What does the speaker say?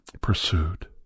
pursued